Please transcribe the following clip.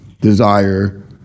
Desire